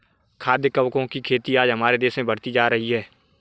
खाद्य कवकों की खेती आज हमारे देश में बढ़ती जा रही है